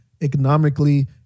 economically